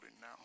now